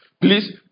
Please